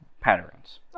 patterns